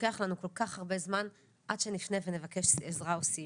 לוקח לנו כל כך הרבה זמן עד שנפנה ונבקש עזרה או סיוע.